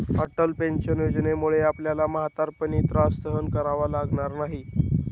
Atal pension योजनेमुळे आपल्याला म्हातारपणी त्रास सहन करावा लागणार नाही